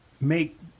make